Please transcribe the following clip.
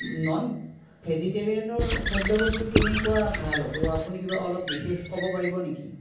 non ভেজিটেৰিয়েনৰ খাদ্য় বস্তু কেনেকুৱা ভাল হ'ব আপুনি কিবা অলপ বিশেষ ক'ব পাৰিব নেকি